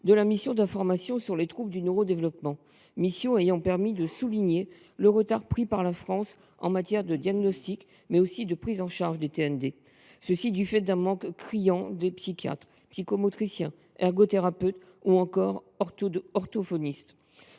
de la mission d’information sur les troubles du neurodéveloppement, qui nous a conduits à souligner le retard pris par la France en matière de diagnostic, mais aussi de prise en charge des TND. Ce retard est dû à un manque criant de psychiatres, de psychomotriciens, d’ergothérapeutes ou encore d’orthophonistes.